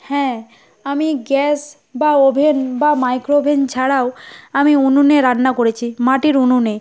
হ্যাঁ আমি গ্যাস বা ওভেন বা মাইক্রোওভেন ছাড়াও আমি উনুনে রান্না করেছি মাটির উনুনে